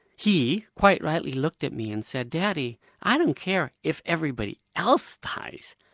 he, quite rightly looked at me and said daddy, i don't care if everybody else dies,